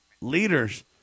leaders